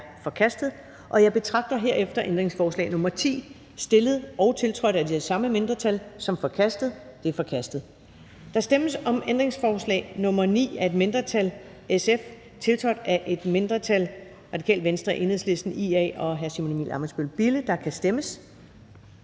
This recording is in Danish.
forkastet. Jeg betragter herefter ændringsforslag nr. 10, stillet og tiltrådt af de samme mindretal, som forkastet. Det er forkastet. Der stemmes om ændringsforslag nr. 9 af et mindretal (SF), tiltrådt af et mindretal (RV, EL, IA og Simon Emil Ammitzbøll-Bille (UFG)). Der kan stemmes.